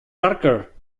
darker